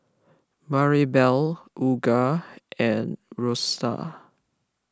Maribel Olga and Rosena